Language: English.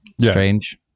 strange-